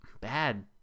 bad